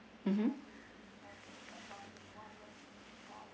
mm hmm